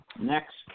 Next